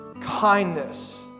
kindness